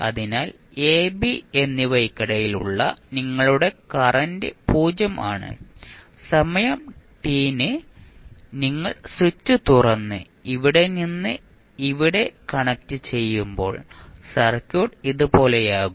അതിനാൽ A B എന്നിവയ്ക്കിടയിലുള്ള നിങ്ങളുടെ കറന്റ് 0 ആണ് സമയം t ന് നിങ്ങൾ സ്വിച്ച് തുറന്ന് ഇവിടെ നിന്ന് ഇവിടെ കണക്റ്റുചെയ്യുമ്പോൾ സർക്യൂട്ട് ഇതുപോലെയാകും